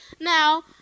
Now